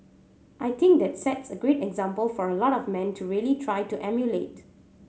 I think that sets a great example for a lot of men to really try to emulate